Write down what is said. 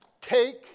Take